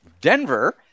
Denver